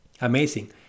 Amazing